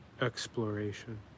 exploration